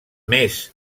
més